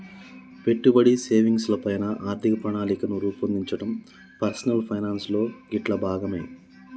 పెట్టుబడి, సేవింగ్స్ ల పైన ఆర్థిక ప్రణాళికను రూపొందించడం పర్సనల్ ఫైనాన్స్ లో గిట్లా భాగమే